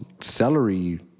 celery